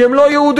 כי הם לא יהודים